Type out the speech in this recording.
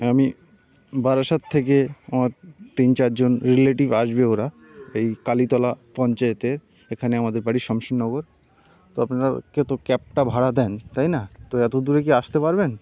আমি বারাসাত থেকে আমার তিন চারজন রিলেটিভ আসবে ওরা এই কালীতলা পঞ্চায়েতে এখানে আমাদের বাড়ি সামশিনগর তো আপনারা কে তো ক্যাবটা ভাড়া দেন তাই না তো এত দূরে কি আসতে পারবেন